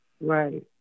Right